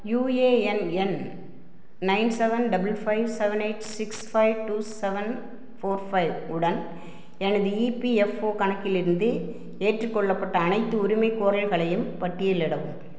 UAN எண் nine seven double five seven eight six five two seven four five உடன் எனது E P F O கணக்கிலிருந்து ஏற்றுக்கொள்ளப்பட்ட அனைத்து உரிமைகோரல்களையும் பட்டியலிடவும்